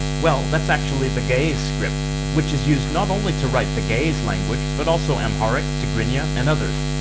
well, that's actually the ge'ez script, which is used not only to write the ge'ez language, but also amharic, tigrinya, and others.